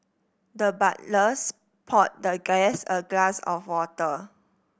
the butlers poured the guest a glass of water